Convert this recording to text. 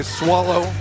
swallow